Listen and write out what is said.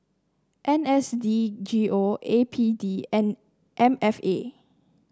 N S D G O A P D and M F A